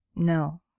No